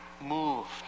moved